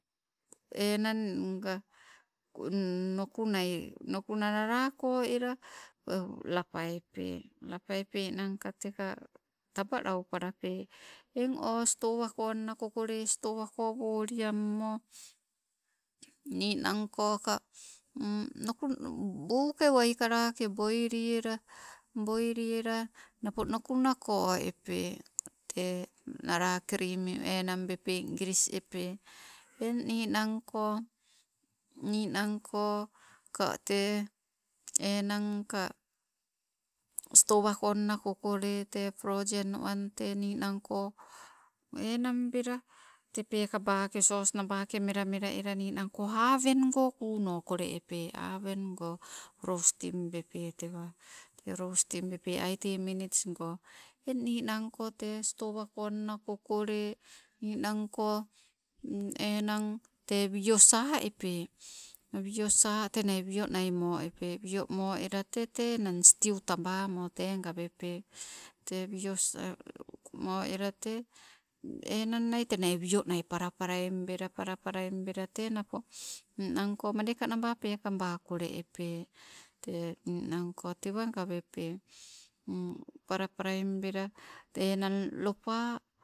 Enang nga nukunai, nukuna nala kole ela lapa epe. Lapa epe nangka teka taba laupalape. Eng o stowa konna kokole stowa ko woliammo, ninangko ka napo buu ke waikalake boili ela boiliela napo nukuna ko epee. Tee nala krim e enang bepeng gris epee. Eng ninang ko, ninang ko ka tee enangka stowako nna kokole te prozen wan ninangko ka enang bela tee peekabake sos nabake melamela ela ninangko awengo kuno kole epee. Awengo rostim bepee, rostim bepee aite minits go, eng ninangko tee stowakonna kokole ninangko enang tee wio saepe, wio sa- tenai wio nai mo eepee wio mo ela te, te enang stiu tab- mo gawepe, tee wio sa mo ela te enangnai tenia io para paraimbela, para paraimbela te napo nnanko madeka naba pekaba kole epee te, nnanko tewa gawepe, paraparaim bela enag lopa